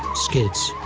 skids,